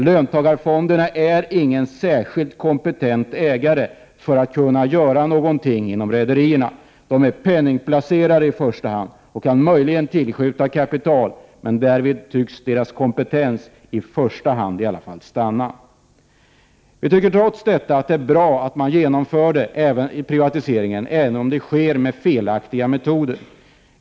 Löntagarfonderna är inte särskilt kompetenta att göra någonting inom rederierna. De är penningplacerare i första hand och kan möjligen tillskjuta kapital, men därvid tycks deras kompetens stanna. Trots det tycker vi att det är bra att man genomför privatiseringar, även om man använder felaktiga metoder.